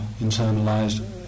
internalized